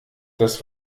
das